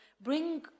bring